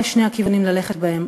אלה שני הכיוונים ללכת בהם.